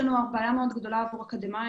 יש לנו בעיה מאוד גדולה עם האקדמאים